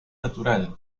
natural